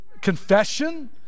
confession